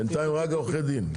בינתיים רק עורכי דין.